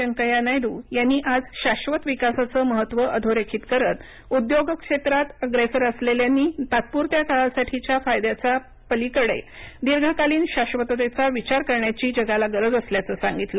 व्यंकय्या नायडू यांनी आज शाश्र्वत विकासाचं महत्त्व अधोरेखित करत उद्योग क्षेत्रात अग्रेसर असलेल्यांनी तात्पुरत्या काळासाठीच्या फायद्याच्या पलिकडचा दीर्घकालीन शाश्वततेचा विचार करण्याची जगाला गरज असल्याचं सांगितले